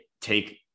take